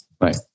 Right